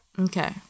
Okay